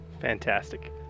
Fantastic